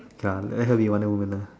okay lah let her be wonder-woman lah